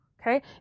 Okay